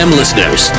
listeners